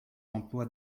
emplois